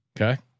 okay